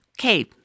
Okay